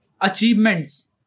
achievements